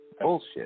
bullshit